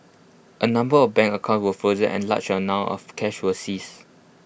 A number of bank accounts were frozen and A large amount of cash was seized